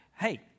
hey